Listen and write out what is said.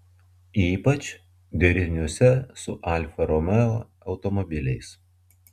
ypač deriniuose su alfa romeo automobiliais